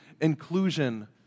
inclusion